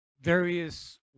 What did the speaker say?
various